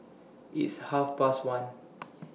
its Half Past one